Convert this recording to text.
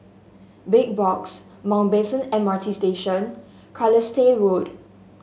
Big Box Mountbatten M R T Station Carlisle Road